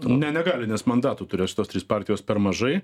ne negali nes mandatų turės šitos trys partijos per mažai